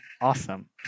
Awesome